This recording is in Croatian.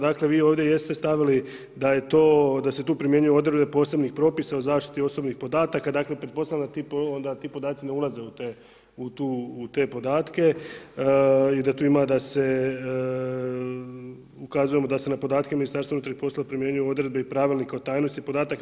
Dakle vi ovdje jeste stavili da je to, da se tu primjenjuju odredbe posebnih propisa o zaštiti osobnih podataka dakle pretpostavljam da onda ti podaci ne ulaze u te podatke i da tu ima da se ukazujemo da se na podatke Ministarstva unutarnjih poslova primjenjuju odredbe i Pravilnika o tajnosti podataka.